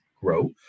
grow